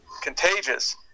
contagious